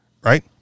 right